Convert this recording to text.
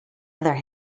other